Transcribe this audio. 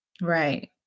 Right